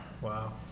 Wow